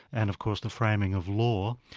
and of course the framing of law,